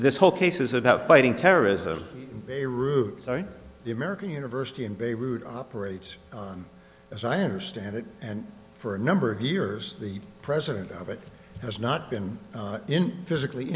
this whole case is about fighting terrorism in beirut sorry the american university in beirut operates on as i understand it and for a number of years the president of it has not been in physically